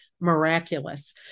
miraculous